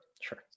sure